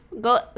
Go